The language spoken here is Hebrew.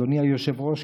אדוני היושב-ראש,